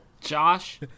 Josh